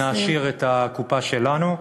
נעשיר את הקופה שלנו.